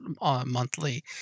monthly